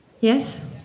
Yes